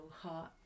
heart